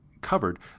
covered